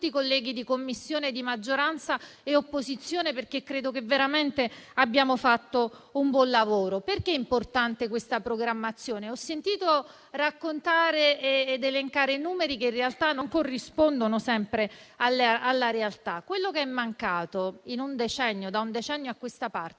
colleghi della Commissione, di maggioranza e di opposizione, perché credo che abbiamo fatto veramente un buon lavoro. Perché è importante questa programmazione? Ho sentito raccontare ed elencare numeri che non corrispondono sempre alla realtà. Quello che è mancato, da un decennio a questa parte, è